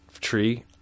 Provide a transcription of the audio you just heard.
tree